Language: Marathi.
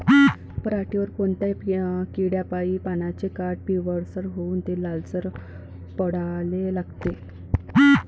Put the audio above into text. पऱ्हाटीवर कोनत्या किड्यापाई पानाचे काठं पिवळसर होऊन ते लालसर पडाले लागते?